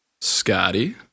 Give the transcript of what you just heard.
scotty